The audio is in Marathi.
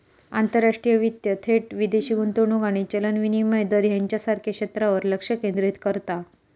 आंतरराष्ट्रीय वित्त थेट विदेशी गुंतवणूक आणि चलन विनिमय दर ह्येच्यासारख्या क्षेत्रांवर लक्ष केंद्रित करता